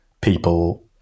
People